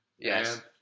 Yes